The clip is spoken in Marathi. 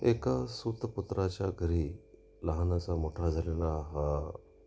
एका सुतपुत्राच्या घरी लहानचा मोठा झालेला हा